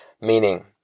meaning